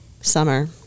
summer